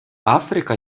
африка